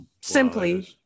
simply